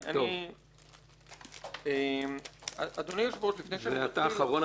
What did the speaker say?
אתה אחרון הדוברים,